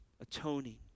Atoning